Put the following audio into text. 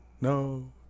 no